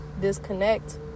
disconnect